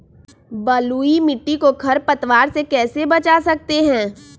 बलुई मिट्टी को खर पतवार से कैसे बच्चा सकते हैँ?